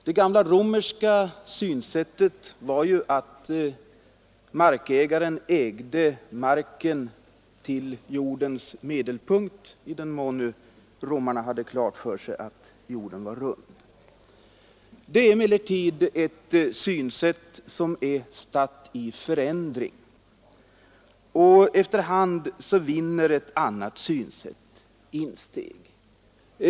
Det gamla romerska synsättet innebar att markägaren ägde marken till jordens medelpunkt — om nu romarna hade klart för sig att jorden var rund. Efter hand vinner andra synsätt insteg.